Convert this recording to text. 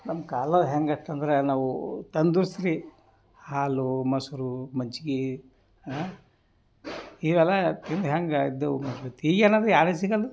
ನಮ್ಮ ಕಾಲ ಹೇಗ್ ಇತ್ತಂದರೆ ನಾವು ತಂದೂರುಸ್ತ್ ರೀ ಹಾಲು ಮೊಸರು ಮಜ್ಜಿಗೆ ಇವೆಲ್ಲ ತಿಂದು ಹೇಗ್ ಇದ್ದೆವ್ ಮೊದ್ಲು ಈಗ ಏನಂದರೆ ಯಾರೆ ಸಿಗಲ್ಲದು